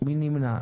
מי נמנע?